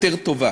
יותר טובה.